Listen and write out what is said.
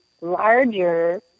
larger